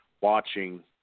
watching